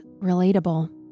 relatable